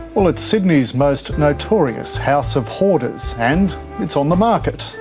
well, it's sydney's most notorious house of hoarders, and it's on the market.